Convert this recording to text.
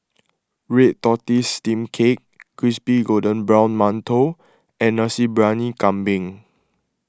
Red Tortoise Steamed Cake Crispy Golden Brown Mantou and Nasi Briyani Kambing